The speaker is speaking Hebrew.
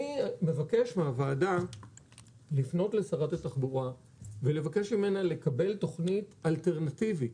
אני מבקש מהוועדה לפנות לשרת התחבורה ולבקש ממנה לקבל תוכנית אלטרנטיבית